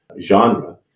genre